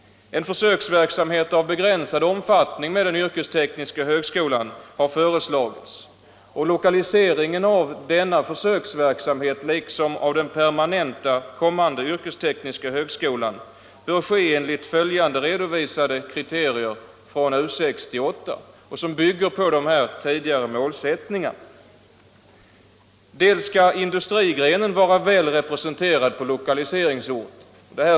En försöksverksamhet av begränsad omfattning med den yrkestekniska högskolan har föreslagits. Lokaliseringen av denna försöksverksamhet liksom av den kommande permanenta yrkestekniska högskolan bör ske enligt följande redovisade kriterier från U 68, vilka bygger på de tidigare målsättningarna. För det första skall industrigrenen vara väl representerad på lokaliseringsorten.